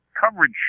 coverage